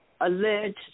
alleged